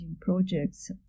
projects